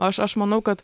aš aš manau kad